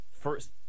first